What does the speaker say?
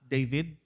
David